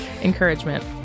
Encouragement